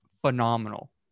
phenomenal